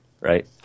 Right